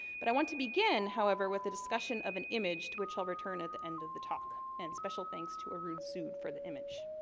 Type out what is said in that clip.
but i want to begin, however, with a discussion of an image, to which i'll return at the end of the talk. and special thanks to aroun soud for the image.